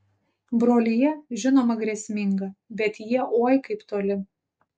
brolija žinoma grėsminga bet jie oi kaip toli